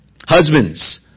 Husbands